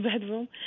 bedroom